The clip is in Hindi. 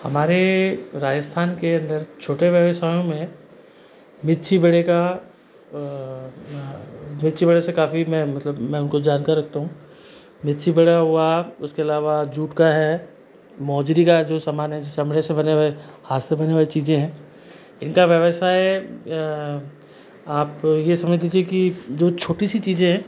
हमारे राजस्थान के अंदर छोटे व्यवसायों में मिर्ची बड़े का मिर्ची बड़े से काफ़ी मैं मतलब मैं उनको जानकारी रखता हूँ मिर्ची बड़ा हुआ उसके अलावा जूट का है मोजरी का जो सामान है जो चमड़े से बने हुए हाँथ से बनी हुईं चीज़ें हैं इनका व्यवसाय आप यह समझ लीजिए कि जो छोटी सी चीज़ें हैं